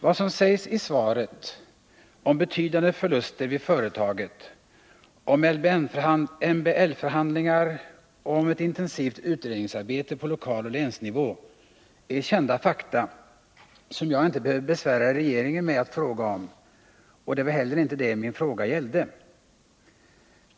Vad som sägs i svaret om betydande förluster vid företaget, om MBL-förhandlingar och om ett intensivt utredningsarbete på lokalnivå och på länsnivå är kända fakta, som jag inte behöver besvära regeringen med att fråga om — och det var inte heller det min fråga gällde.